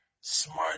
smart